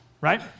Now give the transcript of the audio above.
right